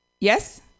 yes